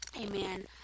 amen